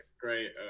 great